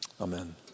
Amen